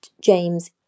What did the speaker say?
James